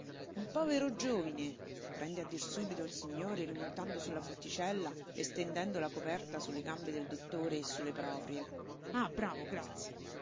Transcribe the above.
un povero giovine prende a dir subito subito il signore rimontando su su la botticella e stendendo la coperta su su le gambe del dottore e su su le proprie ah bravo grazie